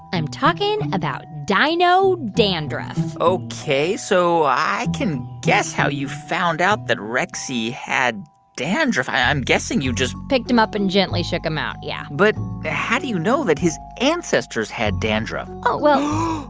i'm talking about dino dandruff ok. so i can guess how you found out that rexy had dandruff. i'm guessing you just. picked him up and gently shook him out. yeah but how do you know that his ancestors had dandruff? oh, well.